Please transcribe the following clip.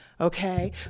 Okay